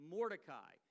Mordecai